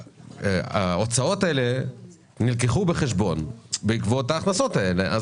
ההוצאות האלה נלקחו בחשבון בעקבות ההכנסות האלה.